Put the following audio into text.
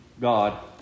God